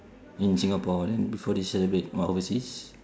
in singapore then before this celebrate what overseas